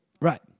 Right